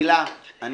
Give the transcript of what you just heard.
הילה דוידוביץ,